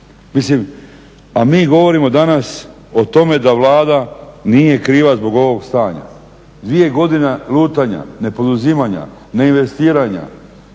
Mislim, a mi govorimo danas o tome da Vlada nije kriva zbog ovog stanja. Dvije godine lutanja, nepoduzimanja, neinvestiranja,